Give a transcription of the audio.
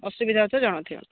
ଅସୁବିଧା ହେଉଥିବ ଜଣାଉଥିବେ ମୋତେ